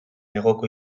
hegoko